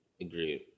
Agreed